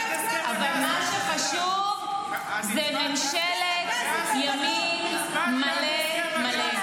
אבל מה שחשוב זה ממשלת ימין מלא מלא.